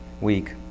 week